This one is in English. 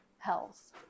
Health